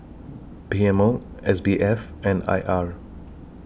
P M O S B F and I R